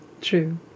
true